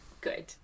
Good